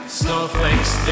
snowflakes